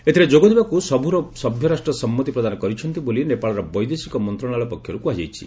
ଏଥିରେ ଯୋଗଦେବାକୁ ସବୁ ସଭ୍ୟରାଷ୍ଟ୍ର ସମ୍ମତି ପ୍ରଦାନ କରିଛନ୍ତି ବୋଲି ନେପାଳର ବୈଦେଶିକ ମନ୍ତ୍ରଣାଳୟ ପକ୍ଷରୁ କୁହାଯାଇଛି